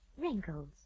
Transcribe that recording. wrinkles